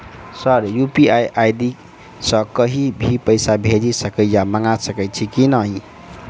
Sir UPI ID सँ कहि भी पैसा भेजि सकै या मंगा सकै छी की न ई?